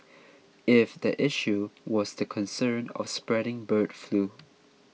if the issue was the concern of spreading bird flu